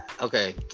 Okay